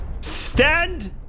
Stand